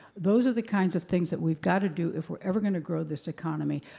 those are the kinds of things that we've got to do if we're ever going to grow this economy.